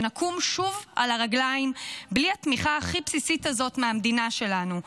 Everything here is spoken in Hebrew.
שנקום שוב על הרגליים בלי התמיכה הכי בסיסית הזאת מהמדינה שלנו,